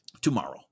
tomorrow